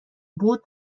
بود